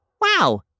Wow